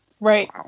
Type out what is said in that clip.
Right